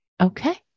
Okay